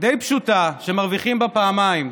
די פשוטה שמרוויחים בה פעמיים: